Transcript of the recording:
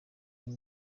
uyu